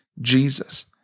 Jesus